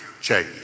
change